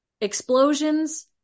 explosions